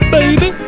baby